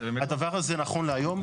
הדבר הזה נכון להיום,